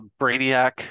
brainiac